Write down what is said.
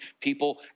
people